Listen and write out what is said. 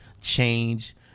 change